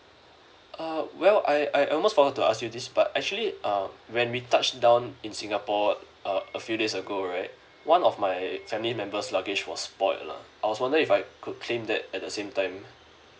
uh well I I almost forgot to ask you this part actually uh when we touched down in singapore uh a few days ago right one of my family member's luggage was spoilt lah I was wondering if I could claim that at the same time